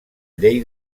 llei